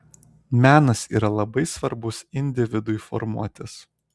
menas yra labai svarbus individui formuotis